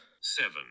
seven